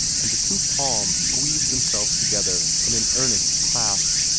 and the two palms squeezed themselves together in an earnest clasp.